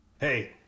Hey